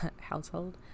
household